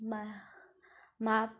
মা মা